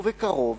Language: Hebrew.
ובקרוב